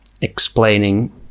explaining